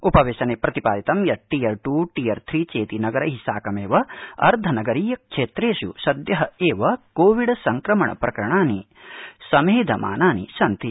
उपवेशने प्रतिपादितं यत् टीयर टू टीयर थ्री चेति नगर साकमेव अर्द्ध नगरीय क्षेत्रेष् सद्य एव कोविड संक्रमण प्रकरणानि समेधमानानि सन्ति